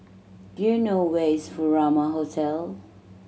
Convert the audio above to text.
do you know where is Furama Hotel